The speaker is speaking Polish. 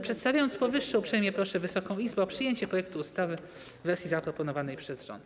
Przedstawiając powyższe, uprzejmie proszę Wysoką Izbę o przyjęcie projektu ustawy w wersji zaproponowanej przez rząd.